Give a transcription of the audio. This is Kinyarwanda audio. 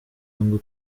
ngo